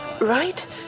right